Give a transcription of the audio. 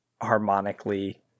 harmonically